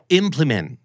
implement